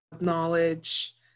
knowledge